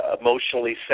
emotionally